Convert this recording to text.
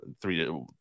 three